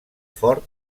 fort